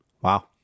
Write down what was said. Wow